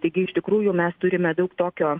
taigi iš tikrųjų mes turime daug tokio